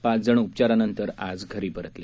पाच जण उपचारानंतर आज घरी परतले